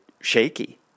shaky